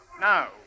Now